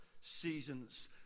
seasons